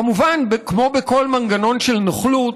כמובן, כמו בכל מנגנון של נוכלות,